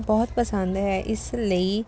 ਬਹੁਤ ਪਸੰਦ ਹੈ ਇਸ ਲਈ